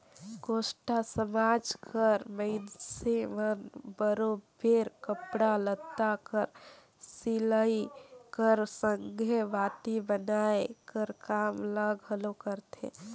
कोस्टा समाज कर मइनसे मन बरोबेर कपड़ा लत्ता कर सिलई कर संघे बाती बनाए कर काम ल घलो करथे